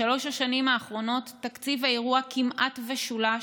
בשלוש השנים האחרונות תקציב האירוע כמעט ושולש,